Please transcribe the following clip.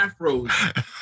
Afros